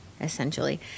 essentially